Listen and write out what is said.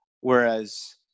whereas